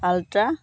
ultra